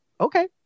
Okay